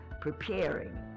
preparing